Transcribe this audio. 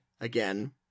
again